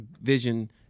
vision